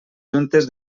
juntes